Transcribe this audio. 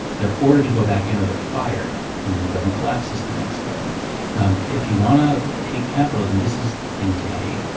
they're ordered to go back in it or they're fired. and then the building collapses the next day um if you want to hate capitalism, this is the thing to hate.